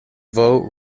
vote